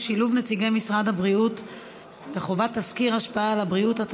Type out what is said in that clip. שילוב נציגי משרד הבריאות וחבות תסקיר השפעה על הבריאות),